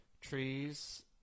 trees